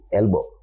elbow